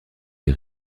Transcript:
les